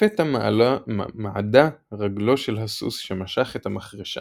"לפתע מעדה רגלו של הסוס שמשך את המחרשה